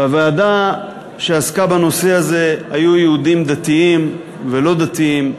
בוועדה שעסקה בנושא הזה היו יהודים דתיים ולא-דתיים,